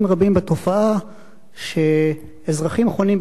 בתופעה שאזרחים חונים במקום